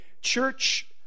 church